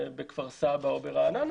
בכפר סבא או ברעננה,